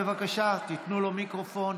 בבקשה, תנו לו מיקרופון.